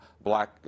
black